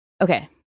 okay